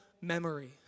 memory